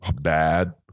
bad